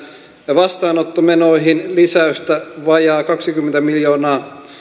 vastaanottomenoihin lisäystä vajaat kaksikymmentä miljoonaa